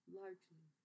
largely